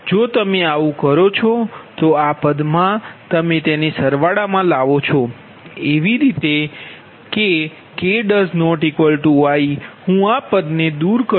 જો તમે આવું કરો છો તો આ પદ મા તમે તેને સરવાળા મા લાવો છો એવી રીતે કે k≠i હુ આ પદ ને દૂર કરુ છું